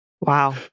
Wow